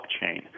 blockchain